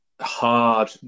hard